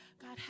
God